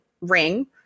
ring